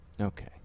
Okay